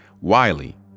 Wiley